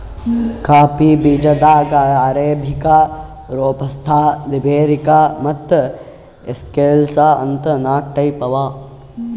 coffee ಬೀಜಾದಾಗ್ arabica, robusta, liberica ಮತ್ತ್ excelsa ಅಂತ್ ನಾಕ್ ಟೈಪ್ ಅವಾ